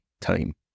time